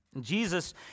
Jesus